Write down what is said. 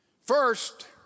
First